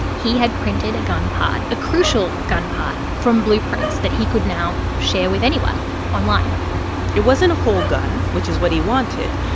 he had printed a gun part a crucial gun part from blueprints that he could now share with anyone online it wasn't a whole gun, which is what he wanted.